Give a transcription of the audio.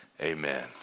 amen